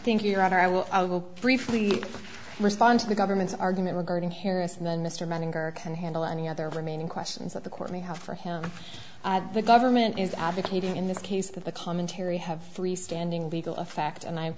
thank you your honor i will i will briefly respond to the government's argument regarding harris and then mr manning or can handle any other remaining questions that the court may have for him the government is advocating in this case that the commentary have freestanding legal effect and i